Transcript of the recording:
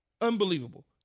unbelievable